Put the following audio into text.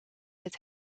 het